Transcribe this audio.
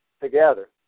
together